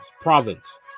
province